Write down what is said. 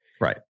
Right